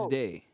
day